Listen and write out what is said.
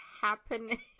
happening